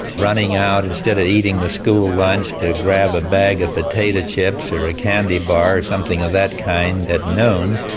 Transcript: running out instead of eating the school lunch to grab a bag of potato chips or a candy bar or something of that kind at noon,